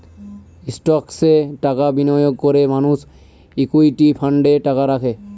স্টকসে টাকা বিনিয়োগ করে মানুষ ইকুইটি ফান্ডে টাকা রাখে